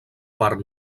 part